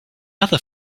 other